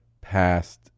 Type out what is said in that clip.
past